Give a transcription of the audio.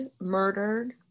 murdered